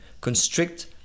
constrict